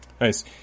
Nice